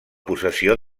possessió